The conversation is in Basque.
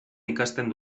ikasten